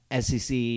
SEC